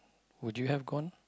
would you have gone